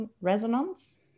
resonance